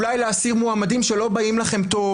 אולי להסיר מועמדים שלא באים לכם טוב.